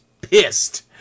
pissed